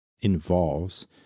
involves